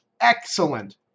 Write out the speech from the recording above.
excellent